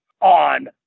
on